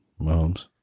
Mahomes